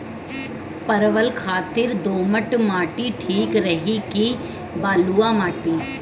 परवल खातिर दोमट माटी ठीक रही कि बलुआ माटी?